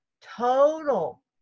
total